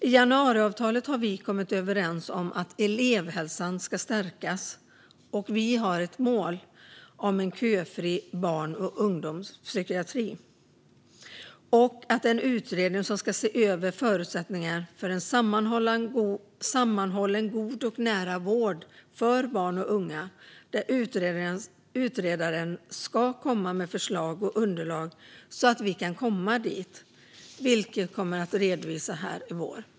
I januariavtalet har vi kommit överens om att elevhälsan ska stärkas, och vi har ett mål om en köfri barn och ungdomspsykiatri. En utredning ska se över förutsättningarna för en sammanhållen god och nära vård för barn och unga, och utredaren ska komma med förslag och underlag så att vi kan komma dit. Utredningen ska redovisas i vår.